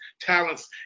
talents